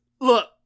Look